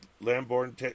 Lamborn